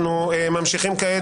אנחנו ממשיכים כעת